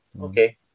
okay